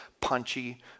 punchy